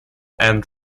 and